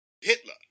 Hitler